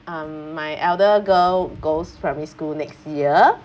um my elder girl goes primary school next year